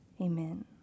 Amen